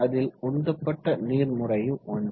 அதில் உந்தப்பட்ட நீர் முறையும் ஒன்று